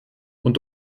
und